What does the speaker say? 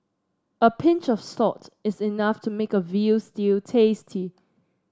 a pinch of salt is enough to make a veal stew tasty